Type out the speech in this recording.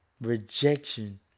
Rejection